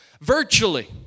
virtually